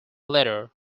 letter